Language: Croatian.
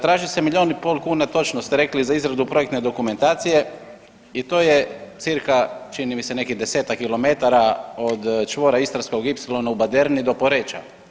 Traži se milijun i pol, točno ste rekli, za izradu projektne dokumentacije i to je cca čini mi se nekih 10-ak kilometara od čvora Istarskog ipsilona u Baderni do Poreča.